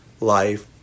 life